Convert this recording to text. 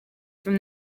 from